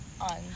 on